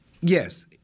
yes